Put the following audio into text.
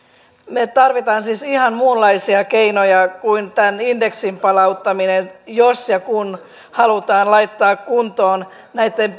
me tarvitsemme siis ihan muunlaisia keinoja kuin indeksin palauttaminen jos ja kun halutaan laittaa kuntoon näitten